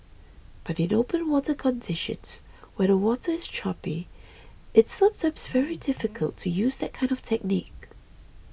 but in open water conditions where the water is choppy it's sometimes very difficult to use that kind of technique